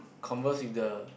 converse with the